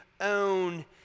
own